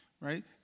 Right